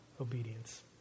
obedience